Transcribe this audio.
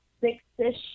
six-ish